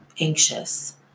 anxious